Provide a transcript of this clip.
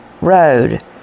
Road